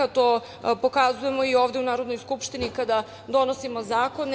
To pokazujemo ovde u Narodnoj skupštini kada donosimo zakone.